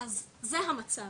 זה המצב.